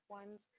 ones